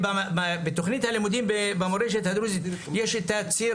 בתוכנית הלימודים במורשת הדרוזית יש את הציר